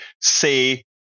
say